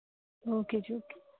okay ਜੀ okay